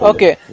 Okay